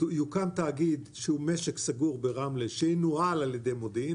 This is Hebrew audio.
יוקם תאגיד שהוא משק סגור ברמלה שינוהל על-ידי מודיעין,